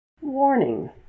Warning